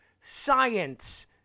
science